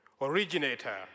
originator